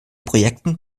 projekten